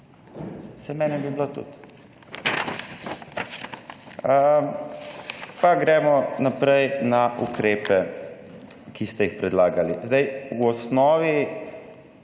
mene bi bilo tudi. Pa gremo naprej na ukrepe, ki ste jih predlagali. Zdaj v osnovi